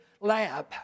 lab